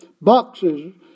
boxes